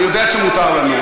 אני יודע שמותר לנו,